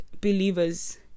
believers